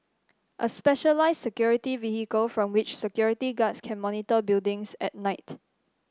a specialised security vehicle from which security guards can monitor buildings at night